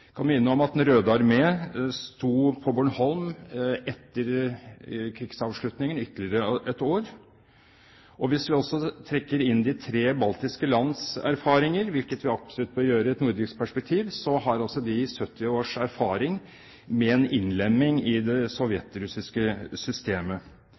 kan minne om at Den røde armé sto på Bornholm ytterligere ett år etter krigsavslutningen. Hvis vi også trekker inn de tre baltiske lands erfaringer, hvilket vi absolutt bør gjøre i et nordisk perspektiv, har de 70 års erfaring med en innlemming i det